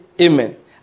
amen